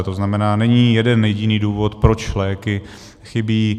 To znamená, není jeden jediný důvod, proč léky chybí.